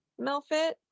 Melfit